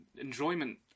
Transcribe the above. enjoyment